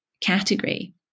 category